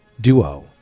duo